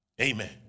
Amen